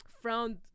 frowned